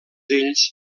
ells